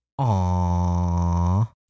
Aww